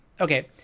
Okay